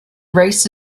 race